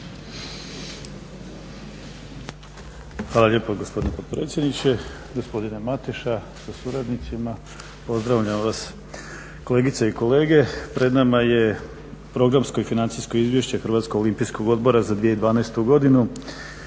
Hvala lijepo gospodine potpredsjedniče, gospodine Mateša sa suradnicima pozdravljam vas. Kolegice i kolege pred nama je Programsko i financijsko izvješće HOO-a za 2012. godinu